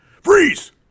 freeze